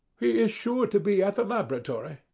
he is sure to be at the laboratory,